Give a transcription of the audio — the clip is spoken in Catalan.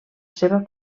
seva